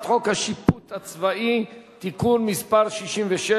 19 בעד, אין מתנגדים ואין נמנעים.